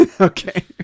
okay